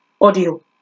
audio